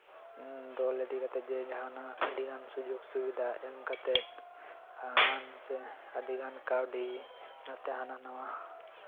ᱫᱚᱞ ᱤᱫᱤ ᱠᱟᱛᱮᱜ ᱡᱟᱦᱟᱱᱟᱜ ᱟᱹᱰᱤᱜᱟᱱ ᱥᱩᱡᱳᱜ ᱥᱩᱵᱤᱫᱷᱟ ᱮᱢ ᱠᱟᱛᱮᱜ ᱟᱨᱟᱢ ᱥᱮ ᱟᱹᱰᱤ ᱜᱟᱱ ᱠᱟᱹᱣᱰᱤ ᱟᱛᱮᱜ ᱦᱟᱱᱟ ᱱᱚᱣᱟ